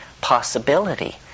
possibility